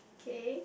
okay